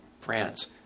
France